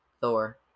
thor